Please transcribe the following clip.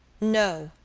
no,